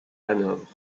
hanovre